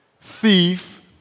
thief